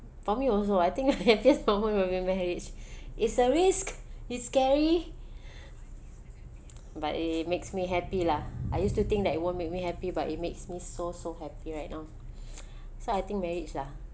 for me also I think nicest moment will be marriage it's a risk it's scary but it it makes me happy lah I used to think that it won't make me happy but it makes me so so happy right now so I think marriage lah